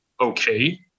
okay